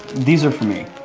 these are for me.